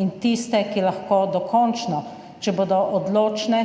in tiste, ki lahko dokončno, če bodo odločne,